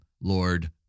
Lord